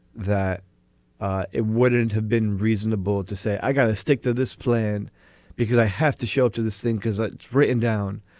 that it wouldn't have been reasonable to say i got to stick to this plan because i have to show to this thing because it's written down.